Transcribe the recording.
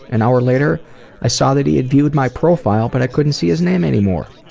an hour later i saw that he had viewed my profile but i couldn't see his name anymore.